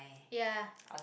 ya